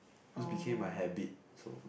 it just became a habit so